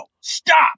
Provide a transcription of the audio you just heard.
stop